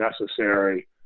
necessary